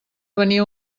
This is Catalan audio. venia